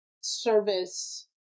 service